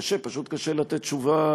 קשה, פשוט קשה לתת תשובה